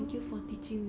oh